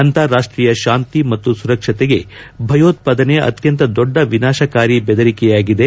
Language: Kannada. ಅಂತಾರಾಷ್ಷೀಯ ಶಾಂತಿ ಮತ್ತು ಸುರಕ್ಷತೆಗೆ ಭಯೋತ್ಪಾದನೆ ಅತ್ಯಂತ ದೊಡ್ಡ ವಿನಾಶಕಾರಿ ಬೆದರಿಕೆಯಾಗಿದೆ